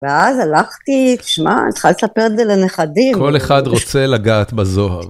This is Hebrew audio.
ואז הלכתי, תשמע, אני צריכה לספר את זה לנכדים. כל אחד רוצה לגעת בזוהר.